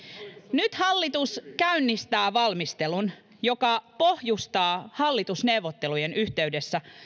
nyt hallitus käynnistää valmistelun joka pohjustaa hallitusneuvottelujen yhteydessä